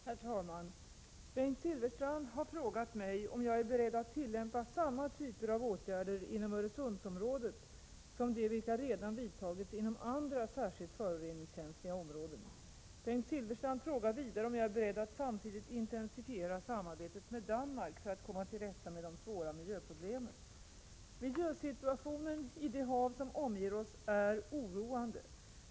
Herr talman! Bengt Silfverstrand har frågat mig om jag är beredd att tillämpa samma typer av åtgärder inom Öresundsområdet som de vilka redan vidtagits inom andra särskilt föroreningskänsliga områden. Bengt Silfverstrand frågar vidare om jag är beredd att samtidigt intensifiera samarbetet med Danmark för att komma till rätta med de svåra mijöproblemen. Miljösituationen i de hav som omger oss är oroande.